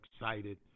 excited